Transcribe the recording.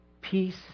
peace